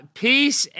peace